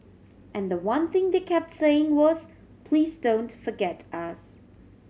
and the one thing they kept saying was please don't forget us